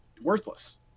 worthless